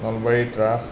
নলবাৰীত ৰাস